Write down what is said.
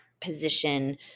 position